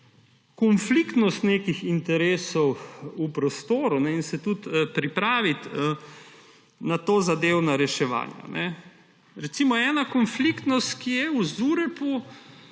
konfliktnost nekih interesov v prostoru in se tudi pripraviti na tozadevna reševanja. Ena konfliktnost, ki je v ZUreP,